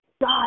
God